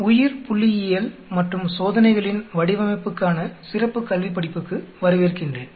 உயிர்புள்ளியியல் மற்றும் சோதனைகளின் வடிவமைப்புக்கான சிறப்புக் கல்விப்படிப்புக்கு வரவேற்கின்றேன்